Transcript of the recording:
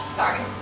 sorry